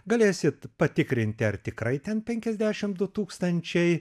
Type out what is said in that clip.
galėsit patikrinti ar tikrai ten penkiasdešim du tūkstančiai